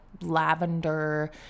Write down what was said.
lavender